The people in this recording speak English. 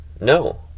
No